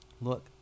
look